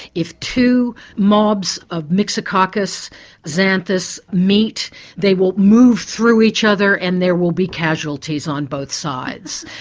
if two mobs of myxococcus xanthus meet they will move through each other and there will be casualties on both sides.